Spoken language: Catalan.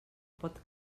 pot